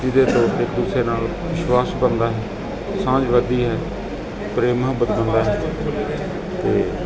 ਜਿਹਦੇ ਤੌਰ 'ਤੇ ਇੱਕ ਦੂਸਰੇ ਨਾਲ ਵਿਸ਼ਵਾਸ ਬਣਦਾ ਹੈ ਸਾਂਝ ਵਧਦੀ ਹੈ ਪ੍ਰੇਮ ਮੁਹੱਬਤ ਬਣਦਾ ਹੈ ਅਤੇ